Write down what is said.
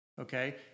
Okay